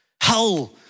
hell